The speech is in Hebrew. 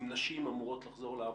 אם נשים אמורות לחזור לעבודה,